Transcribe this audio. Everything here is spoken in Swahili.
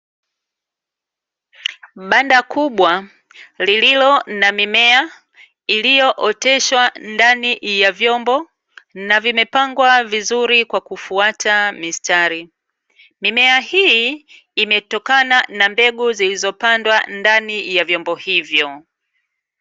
Banda kubwa lililo na mimea iliyooteshwa ndani ya vyombo na vimepangwa vizuri kwa kufuata mistari. Mimea hii, imetokana na mbegu zilizopandwa ndani ya vyombo hivyo.